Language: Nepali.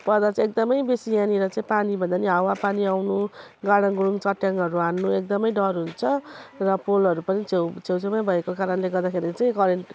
पर्दा चाहिँ एकदमै बेसी यहाँनेर चाहिँ पानी भन्दा पनि हावा पानी आउनु गाडाङ गुडुङ चट्याङहरू हान्नु एकदमै डर हुन्छ र पोलहरू पनि छेउ छेउ छेउमै भएको कारणले गर्दाखेरि चाहिँ करेन्ट